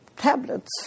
Tablets